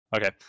Okay